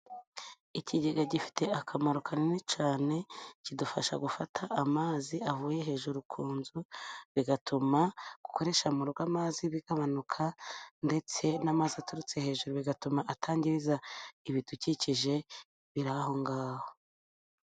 Ikigega gifite akamaro kanini cyane kidufasha gufata amazi avuye hejuru ku nzu, bigatuma gukoresha mu rugo amazi bigabanuka, ndetse n'amazi aturutse hejuru bigatuma atangiza ibidukikije biri aho ngaho.